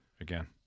again